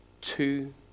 two